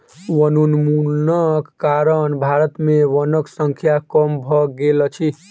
वनोन्मूलनक कारण भारत में वनक संख्या कम भ गेल अछि